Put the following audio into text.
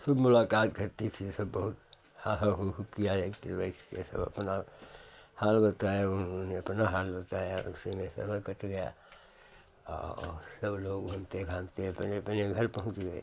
सब मुलाकात करती थीं सब बहुत हा हा हू हू किया एक तो बैठकर सब अपना हाल बताया उन्होंने अपना हाल बताया और उसी में समय कट गया और सब लोग घूमते घामते अपने अपने घर पहुँच गए